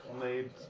made